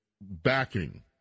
backing